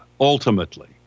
ultimately